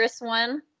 one